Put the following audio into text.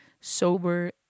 sober